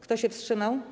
Kto się wstrzymał?